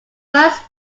first